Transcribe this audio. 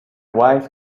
wife